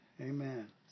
Amen